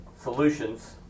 solutions